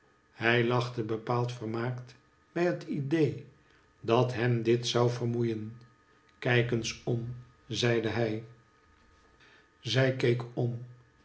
hij lachte bepaald vermaakt bij het idee dat hem dit zoii vermoeien kijk eens om zeide hij zij keek om